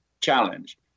challenge